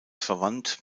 verwandt